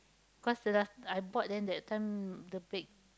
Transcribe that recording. cause the last I bought then that time the break